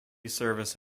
service